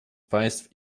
państwa